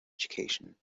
education